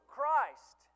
Christ